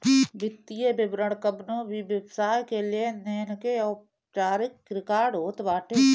वित्तीय विवरण कवनो भी व्यवसाय के लेनदेन के औपचारिक रिकार्ड होत बाटे